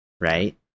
right